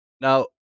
Now